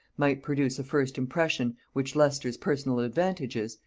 might produce a first impression, which leicester's personal advantages,